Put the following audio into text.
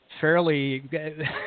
fairly